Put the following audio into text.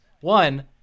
One